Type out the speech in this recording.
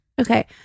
Okay